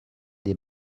des